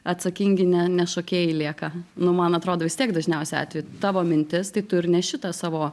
atsakingi ne ne šokėjai lieka nu man atrodo vis tiek dažniausiu atveju tavo mintis tai tu ir neši tą savo